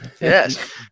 Yes